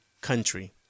country